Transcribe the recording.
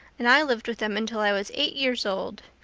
and i lived with them until i was eight years old.